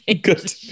good